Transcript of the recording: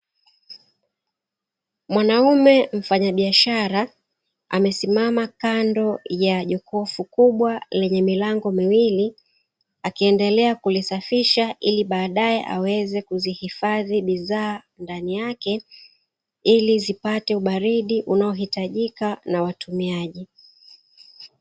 Mwanamume mfanyabiashara, amesimama kando ya jokofu kubwa lenye milango miwili, akiendelea kulisafisha ili baadaye aweze kuzihifadhi bidhaa ndani yake, ili zipate ubaridi unaohitajika na watumiaji.